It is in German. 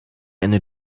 eine